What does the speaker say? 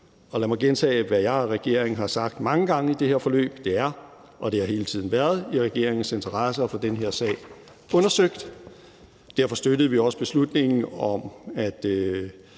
Lad mig gentage, hvad jeg og regeringen har sagt mange gange i det her forløb: Det er og det har hele tiden været i regeringens interesse at få den her sag undersøgt. Derfor støttede vi også beslutningen om, at